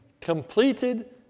completed